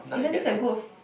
isn't this a good